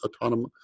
autonomous